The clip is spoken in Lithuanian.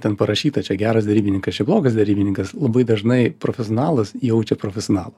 ten parašyta čia geras derybininkas čia blogas derybininkas labai dažnai profesionalas jaučia profesionalą